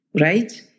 Right